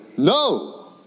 No